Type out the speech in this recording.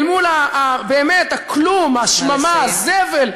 אל מול, באמת, הכלום, השממה, הזבל,